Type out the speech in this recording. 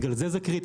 בגלל זה זה קריטי,